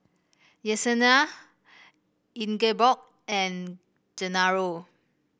Yessenia Ingeborg and Genaro